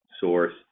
source